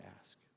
ask